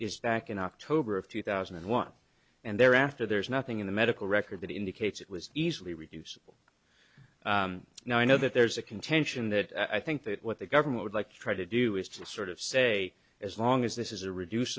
is tacky in october of two thousand and one and thereafter there is nothing in the medical record that indicates it was easily reducible now i know that there's a contention that i think that what the government would like to try to do is to sort of say as long as this is a reduc